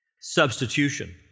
substitution